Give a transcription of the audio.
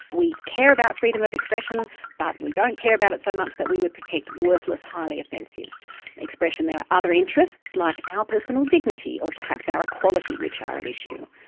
we care about freedom of expression but we don't care about it so much that we would protect worthless, highly offensive expression. there are other interests, like our personal dignity or perhaps our equality which are at issue.